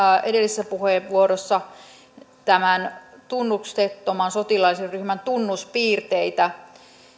edellisessä puheenvuorossa tunnuksettoman sotilaallisen ryhmän tunnuspiirteitä